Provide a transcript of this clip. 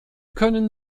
können